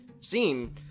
seen